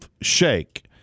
Shake